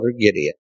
Gideon